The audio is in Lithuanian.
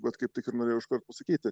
vat kaip tik ir norėjau iškart pasakyti